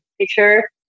picture